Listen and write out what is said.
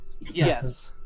Yes